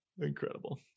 incredible